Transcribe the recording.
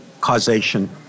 causation